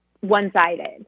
one-sided